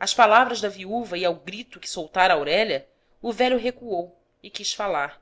às palavras da viúva e ao grito que soltara aurélia o velho recuou e quis falar